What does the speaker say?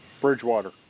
Bridgewater